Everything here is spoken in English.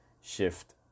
Shift